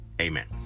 Amen